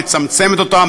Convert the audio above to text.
מצמצמת אותה,